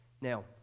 Now